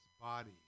body